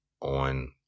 on